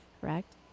correct